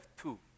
two